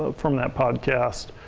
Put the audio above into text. ah from that podcast.